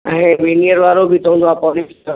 ऐं विनियर वारो बि त हूंदो आहे पॉलिश त